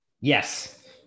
Yes